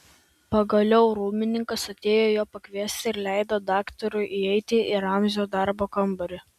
pagaliau rūmininkas atėjo jo pakviesti ir leido daktarui įeiti į ramzio darbo kambarį